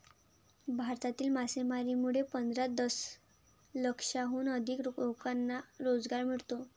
भारतातील मासेमारीमुळे पंधरा दशलक्षाहून अधिक लोकांना रोजगार मिळतो